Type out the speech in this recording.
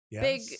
big